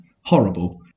horrible